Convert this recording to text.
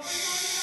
אל תיגעו בי,